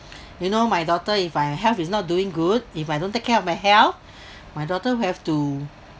you know my daughter if my health is not doing good if I don't take care of my health my daughter have to